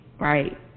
right